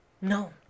No